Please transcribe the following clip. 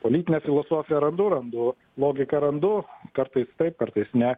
politinę filosofiją randu randu logiką randu kartais taip kartais ne